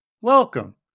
Welcome